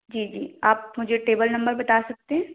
जी जी आप मुझे टेबल नंबर बता सकते हैं